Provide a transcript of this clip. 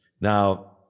Now